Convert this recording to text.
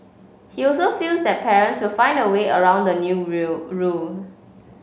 he also feels that parents will find a way around the new reel rule